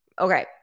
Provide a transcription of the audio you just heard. Okay